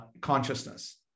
consciousness